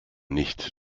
nicht